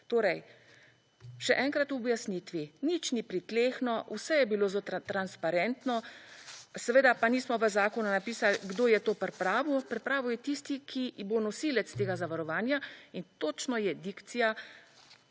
Torej, še enkrat ob objasnitvi, nič ni pritlehno, vse je bilo zelo(?) transparentno, seveda pa nismo v zakonu napisal, kdo je to pripravil, pripravil je tisti, ki bo nosilec tega zavarovanja in točno je dikcija,